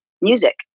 music